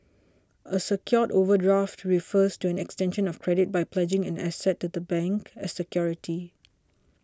a secured overdraft refers to an extension of credit by pledging an asset to the bank as security